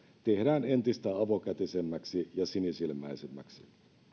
tehdään entistä avokätisemmäksi ja sinisilmäisemmäksi